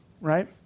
right